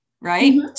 right